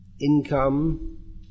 income